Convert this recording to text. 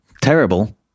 terrible